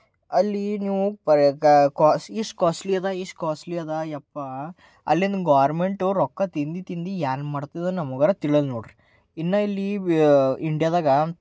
ಅಲ್ಲಿ ನೀವು ಕ್ವಾಸ್ಲಿ ಇದೆ ಇಷ್ಟು ಕ್ವಾಸ್ಲಿ ಇದೆ ಅಪ್ಪಾ ಅಲ್ಲಿನ ಗೋರ್ಮೆಂಟು ರೊಕ್ಕ ತಿಂದು ತಿಂದು ಏನು ಮಾಡ್ತಿದ್ದ ನಮಗರೆ ತಿಳಿಯೊಲ್ಲ ನೋಡ್ರಿ ಇನ್ನು ಇಲ್ಲಿ ಬ್ಯಾ ಇಂಡಿಯದಾಗೆ